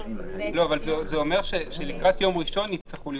זה אומר שלקראת יום ראשון הנתונים יצטרכו להיות.